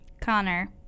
Connor